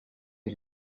est